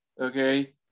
okay